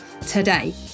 today